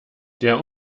der